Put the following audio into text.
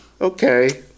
Okay